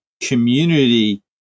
community